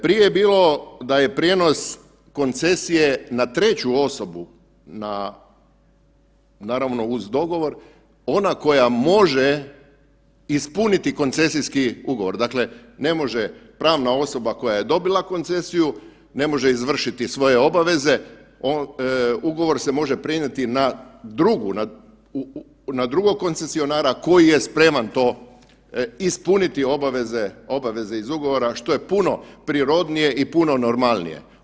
Prije je bilo da je prijenos koncesije na treću osobu, na naravno uz dogovor, ona koja može ispuniti koncesijski ugovor, dakle ne može pravna osoba koja je dobila koncesiju ne može izvršiti svoje obaveze, ugovor se može prenijeti na drugu, na drugog koncesionara koji je spreman to ispuniti, obaveze, obaveze iz ugovora što je puno prirodnije i puno normalnije.